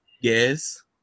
yes